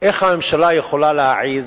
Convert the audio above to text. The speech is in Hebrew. איך הממשלה יכולה להעז,